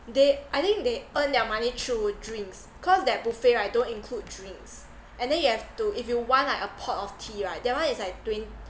they I think they earn their money through drinks cause that buffet right don't include drinks and then you have to if you want like a pot of tea right that one is like twen~